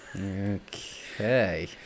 Okay